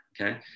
okay